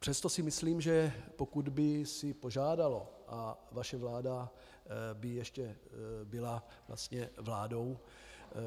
Přesto si myslím, že pokud by si požádalo a vaše vláda by ještě byla vlastně vládou,